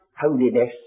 holiness